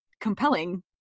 compelling